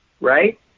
right